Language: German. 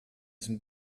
sind